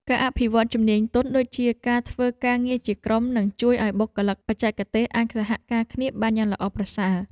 ការអភិវឌ្ឍជំនាញទន់ដូចជាការធ្វើការងារជាក្រុមនឹងជួយឱ្យបុគ្គលិកបច្ចេកទេសអាចសហការគ្នាបានយ៉ាងល្អប្រសើរ។